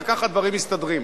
וכך הדברים מסתדרים.